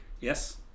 Yes